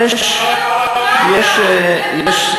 זאת דמוקרטיה.